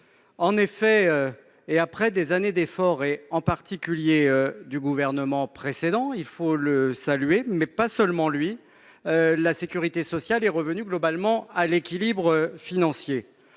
En effet, après des années d'efforts- en particulier du gouvernement précédent, il faut le saluer, mais d'autres aussi -, la sécurité sociale est revenue globalement à l'équilibre financier.